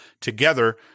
together